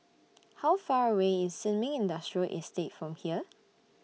How Far away IS Sin Ming Industrial Estate from here